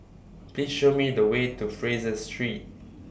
Please Show Me The Way to Fraser Street